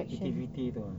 activity tu ah